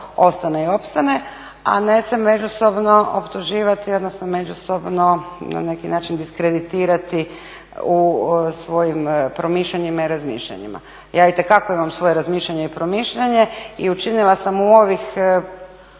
ostane i opstane a ne se međusobno optuživati odnosno međusobno na neki način diskreditirati u svojim promišljanjima i razmišljanjima. Ja itekako imam svoje razmišljanje i promišljanje i učinila sam u ovih